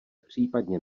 případně